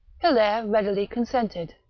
hilaire readily consented,